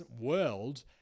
world